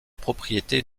propriétés